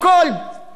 אין עוני.